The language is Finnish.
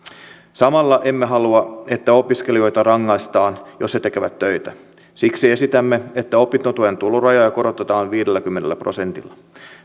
samalla emme halua että opiskelijoita rangaistaan jos he tekevät töitä siksi esitämme että opintotuen tulorajoja korotetaan viidelläkymmenellä prosentilla